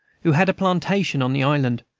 who had a plantation on the island,